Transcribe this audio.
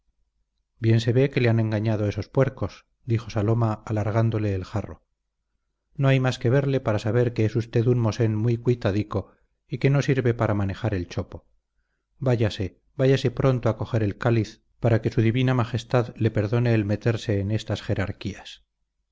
bien se ve que le han engañado esos puercos dijo saloma alargándole el jarro no hay más que verle para saber que es usted un mosén muy cuitadico y que no sirve para manejar el chopo váyase váyase pronto a coger el cáliz para que su divina majestad le perdone el meterse en estas jerarquías